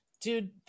Dude